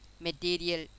material